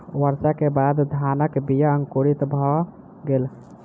वर्षा के बाद धानक बीया अंकुरित भअ गेल